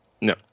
No